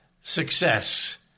success